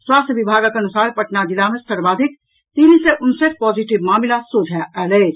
स्वास्थ्य विभागक अनुसार पटना जिला मे सर्वाधिक तीन सय उनसठि पॉजिटिव मामिला सोझा आयल अछि